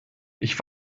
ich